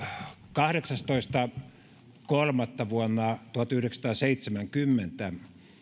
kahdeksastoista kolmatta vuonna tuhatyhdeksänsataaseitsemänkymmentä